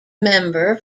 member